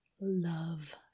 love